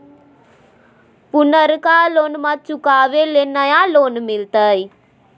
पुर्नका लोनमा चुकाबे ले नया लोन मिलते?